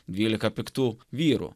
dvylika piktų vyrų